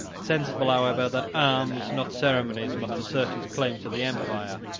sensible, however, that arms, not ceremonies, must assert his claim to the empire,